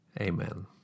Amen